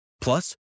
Plus